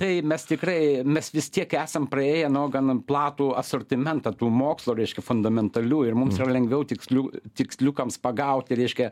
tai mes tikrai mes vis tiek esam praėję nuo gana platų asortimentą tų mokslo reiškia fundamentalių ir mums lengviau tikslių tiksliukams pagauti reiškia